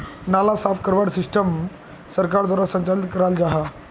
नाला साफ करवार सिस्टम सरकार द्वारा संचालित कराल जहा?